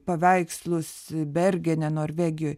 paveikslus bergene norvegijoj